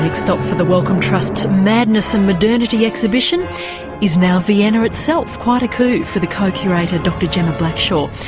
like stop for the wellcome trust's madness and modernity exhibition is now vienna itself, quite a coup for the co-curator dr gemma blackshaw,